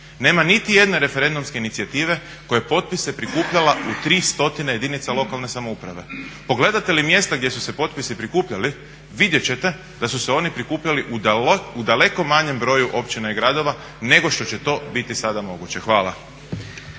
Nema niti jedne referendumske inicijative koja je potpise prikupljala u 300 jedinica lokalne samouprave. Pogledate li mjesta gdje su se potpisi prikupljali vidjet ćete da su se oni prikupljali u daleko manjem broju općina i gradova nego što će biti sada moguće. Hvala.